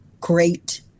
great